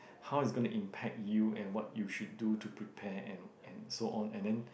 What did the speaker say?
how it's gonna impact you and what you should do to prepare and and so on and then